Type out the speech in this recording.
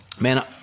man